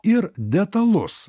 ir detalus